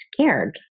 scared